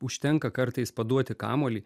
užtenka kartais paduoti kamuolį